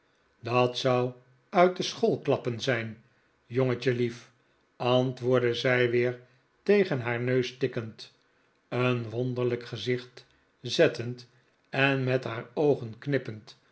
dat zou uit de school happen zijn jongetje lief antwoordde zij weer tegen haar neus tikkend een wonderlijk gezicht zettend en met haar oogen knippend